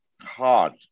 hard